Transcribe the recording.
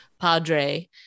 Padre